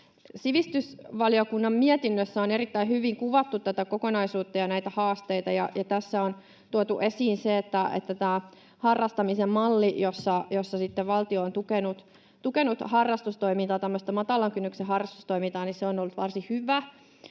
sivistysvaliokunnan mietinnössä on erittäin hyvin kuvattu tätä kokonaisuutta ja näitä haasteita, ja tässä on tuotu esiin se, että tämä harrastamisen malli, jossa valtio on tukenut tämmöistä matalan kynnyksen harrastustoimintaa, on ollut varsin hyvä.